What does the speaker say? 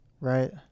Right